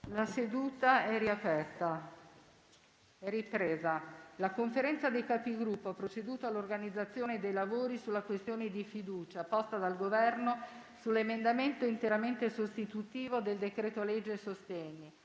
una nuova finestra"). La Conferenza dei Capigruppo ha proceduto all'organizzazione dei lavori sulla questione di fiducia posta dal Governo sull'emendamento interamente sostitutivo del decreto-legge sostegni.